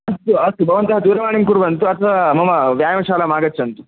अस्तु अस्तु भवन्तः दूरवाणीं कुर्वन्तु अथवा मम व्यायामशालामागच्छन्तु